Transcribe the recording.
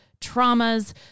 traumas